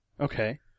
Okay